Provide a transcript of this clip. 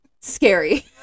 scary